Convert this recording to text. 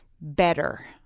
better